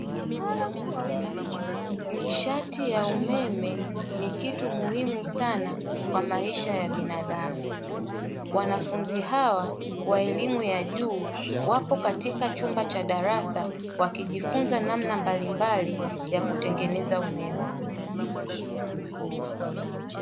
Nishati ya umeme ni kitu muhimu sana kwa maisha ya binadamu, wanafunzi hawa wa elimu ya juu wapo katika chumba cha darasa wakijifunza namna mbalimbali ya kutengeneza umeme.